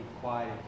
quiet